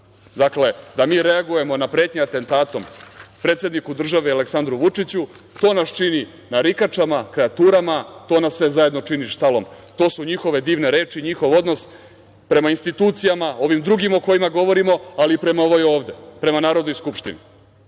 da mi reagujemo na pretnje atentatom predsedniku države Aleksandru Vučiću, to nas čini narikačama, kreaturama, to nas sve zajedno čini štalom. To su njihove divne reči, njihov odnos prema institucijama, ovim drugim o kojima govorimo, ali i prema ovoj ovde, prema Narodnoj skupštini. Naravno,